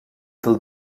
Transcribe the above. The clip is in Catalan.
del